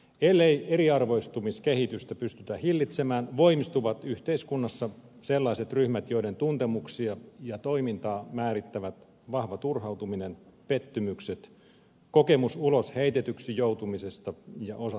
ellei eriarvoistumiskehitystä pystytä hillitsemään voimistuvat yhteiskunnassa sellaiset ryhmät joiden tuntemuksia ja toimintaa määrittävät vahva turhautuminen pettymykset kokemus ulos heitetyksi joutumisesta ja osattomuudesta